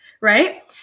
right